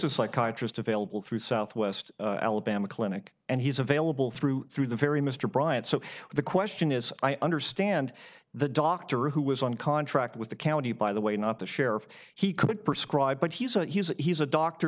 a psychiatrist available through southwest alabama clinic and he's available through through the very mr bryant so the question is i understand the doctor who was on contract with the county by the way not the sheriff he could prescribe but he's a he's a